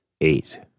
Eight